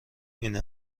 این